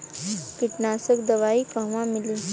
कीटनाशक दवाई कहवा मिली?